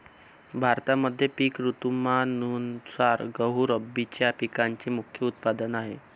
भारतामध्ये पिक ऋतुमानानुसार गहू रब्बीच्या पिकांचे मुख्य उत्पादन आहे